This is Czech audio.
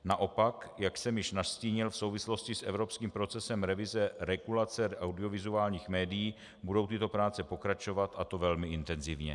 Naopak, jak jsem již nastínil, v souvislosti s evropským procesem revize regulace audiovizuálních médií budou tyto práce pokračovat, a to velmi intenzivně.